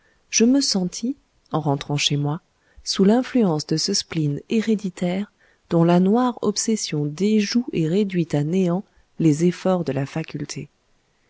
je me sentis en rentrant chez moi sous l'influence de ce spleen héréditaire dont la noire obsession déjoue et réduit à néant les efforts de la faculté